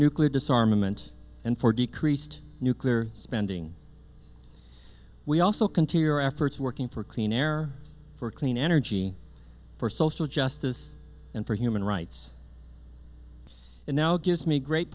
nuclear disarmament and for decreased nuclear spending we also continue our efforts working for clean air for clean energy for social justice and for human rights and now gives me great